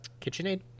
KitchenAid